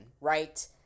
right